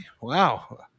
Wow